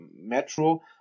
metro